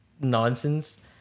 nonsense